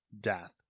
death